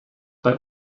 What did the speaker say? bei